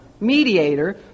mediator